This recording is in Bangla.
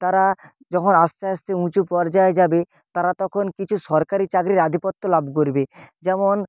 তারা যখন আস্তে আস্তে উঁচু পর্যায়ে যাবে তারা তখন কিছু সরকারি চাকরির আধিপত্য লাভ করবে যেমন